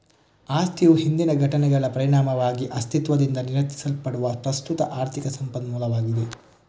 ಆಸ್ತಿಯು ಹಿಂದಿನ ಘಟನೆಗಳ ಪರಿಣಾಮವಾಗಿ ಅಸ್ತಿತ್ವದಿಂದ ನಿಯಂತ್ರಿಸಲ್ಪಡುವ ಪ್ರಸ್ತುತ ಆರ್ಥಿಕ ಸಂಪನ್ಮೂಲವಾಗಿದೆ